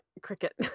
Cricket